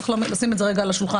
צריך לשים את זה רגע על השולחן.